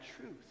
truth